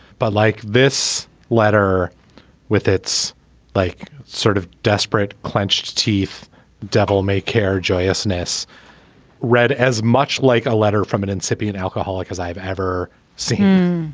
but like this letter with it's like sort of desperate clenched teeth devil may care joyous ness read as much like a letter from an incipient alcoholic as i've ever seen.